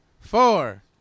four